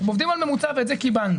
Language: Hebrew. הם עובדים על ממוצע ואת זה קיבלנו